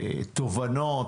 תובנות,